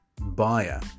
buyer